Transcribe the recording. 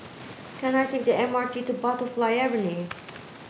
can I take the M R T to Butterfly Avenue